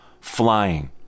flying